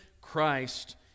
Christ